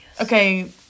Okay